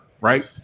Right